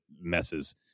messes